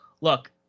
Look